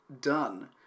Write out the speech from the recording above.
done